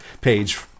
page